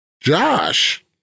Josh